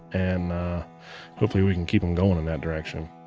and hopefully we can keep em going in that direction.